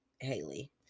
Haley